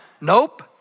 nope